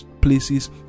places